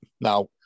Now